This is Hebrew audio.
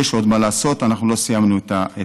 יש עוד מה לעשות, אנחנו לא סיימנו את המלאכה.